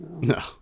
No